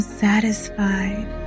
satisfied